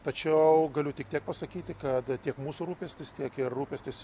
tačiau galiu tik tiek pasakyti kad tiek mūsų rūpestis tiek ir rūpestis